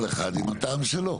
כל אחד עם הטעם שלו.